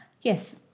Yes